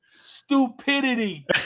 Stupidity